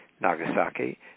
Nagasaki